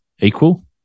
equal